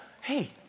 hey